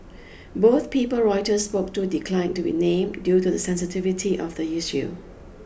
both people Reuters spoke to declined to be named due to the sensitivity of the issue